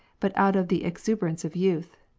but out of the exuberance of youth,